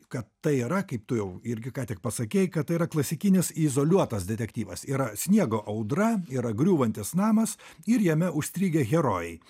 kad tai yra kaip tu jau irgi kątik pasakei kad tai yra klasikinis izoliuotas detektyvas yra sniego audra yra griūvantis namas ir jame užstrigę herojai